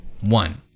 one